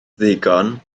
ddigon